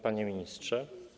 Panie Ministrze!